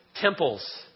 temples